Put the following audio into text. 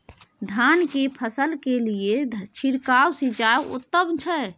धान की फसल के लिये छिरकाव सिंचाई उत्तम छै?